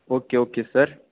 okay okay sir